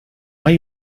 hay